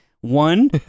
One